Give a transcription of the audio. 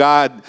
God